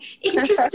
interesting